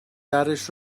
درش